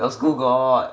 your school got